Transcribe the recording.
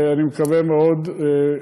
ואני מקווה מאוד,